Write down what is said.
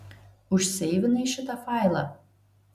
užseivinai šitą failą